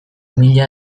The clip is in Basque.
mila